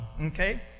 Okay